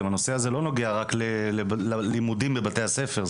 הנושא הזה לא נוגע רק ללימודים בבתי הספר,